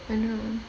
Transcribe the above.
I don't know